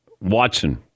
Watson